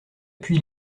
puy